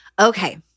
Okay